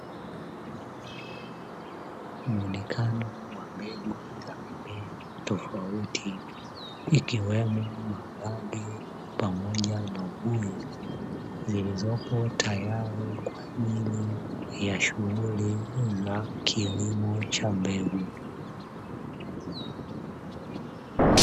Muonekano wa mbegu za mimea tofauti ikiwemo maharage pamoja na ubuyu, zilizopo tayari kwa ajili ya shughuli za kilimo cha mbegu.